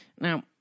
Now